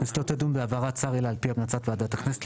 הכנסת לא תדון בהעברת שר אלא על פי המלצת ועדת הכנסת,